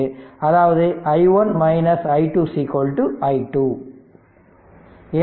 அதாவது i1 i2 i2